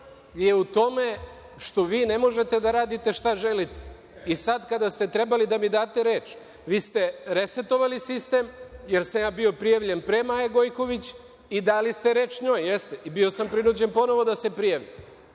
je u tome što vi ne možete da radite šta želite. Sad kada je trebalo da mi date reč, vi ste resetovali sistem, jer sam ja bio prijavljen pre Maje Gojković, i dali ste reč njoj, jeste, i bio sam prinuđen ponovo da se prijavim.